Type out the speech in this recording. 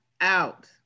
out